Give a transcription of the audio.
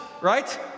right